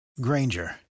Granger